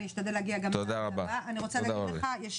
זה נכנס אל תוך